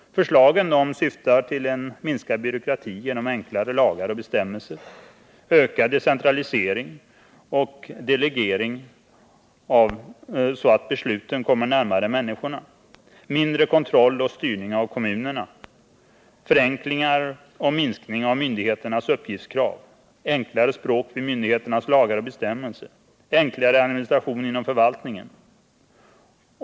Förslagen syftar till minskad byråkrati genom enklare lagar och bestämmelser, ökad decentralisering och delegering så att besluten kommer närmare människorna, mindre kontroll och styrning av kommunerna, förenklingar och minskning av myndigheternas uppgiftskrav, enklare språk i myndigheternas lagar och bestämmelser samt enklare administration inom förvaltningen.